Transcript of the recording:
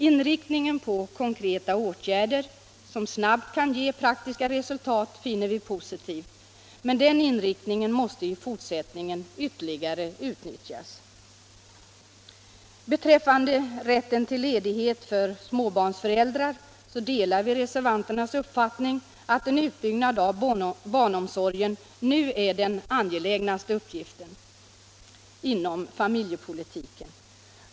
Inriktningen på konkreta åtgärder som snabbt kan ge praktiska resultat finner vi positiv, men den inriktningen måste i fortsättningen ytterligare utnyttjas. Beträffande rätten till ledighet för småbarnsföräldrar delar vi reservanternas uppfattning att en utbyggnad av barnomsorgen nu är den angelägnaste uppgiften inom familjepolitiken.